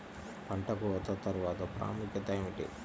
పంట కోత తర్వాత ప్రాముఖ్యత ఏమిటీ?